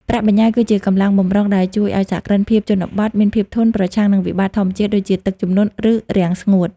ប្រាក់បញ្ញើគឺជា "កម្លាំងបម្រុង" ដែលជួយឱ្យសហគ្រិនភាពជនបទមានភាពធន់ ប្រឆាំងនឹងវិបត្តិធម្មជាតិដូចជាទឹកជំនន់ ឬរាំងស្ងួត។